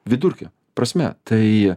vidurkio prasme tai